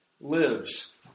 Lives